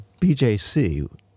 BJC